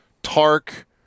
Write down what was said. Tark